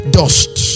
dust